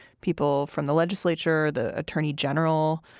people from the legislature, the attorney general.